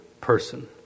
person